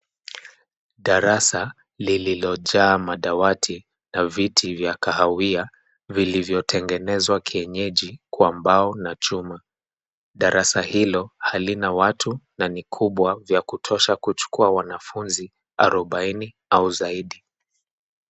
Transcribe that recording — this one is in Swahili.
Darasa lililojaa madawati na viti vya kahawia vilivyo tengenezwa kienyeji kwa mbao na chuma. Darasa hilo halina watu na ni kubwa vya kutosha kuchukua wanafunzi arobaini au zaidi.